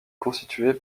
constitué